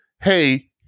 hey